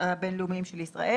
להגעת עובדים זרים